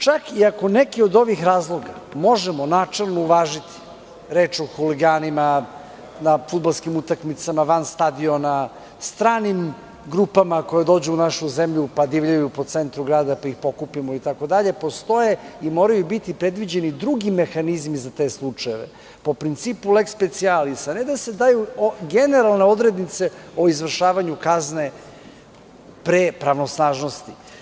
Čak i ako neki od ovih razloga možemo načelno uvažiti, npr. huligani na fudbalskim utakmicama van stadiona, stranim grupama koje dođu u našu zemlju pa divljaju po centru grada pa ih pokupimo, postoje i moraju biti predviđeni drugi mehanizmi za te slučajeve po principu leks specijalis, a ne da se daju generalne odrednice o izvršavanju kazne pre pravosnažnosti.